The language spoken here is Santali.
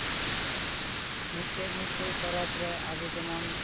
ᱢᱤᱫᱴᱮᱡ ᱢᱤᱴᱮᱡ ᱯᱚᱨᱚᱵᱽ ᱨᱮ ᱟᱵᱚ ᱡᱮᱢᱚᱱ